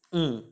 mm